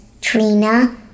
Trina